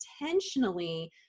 intentionally